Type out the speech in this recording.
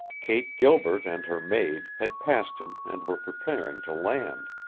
kate gilbert and her maid had passed him and were preparing to land.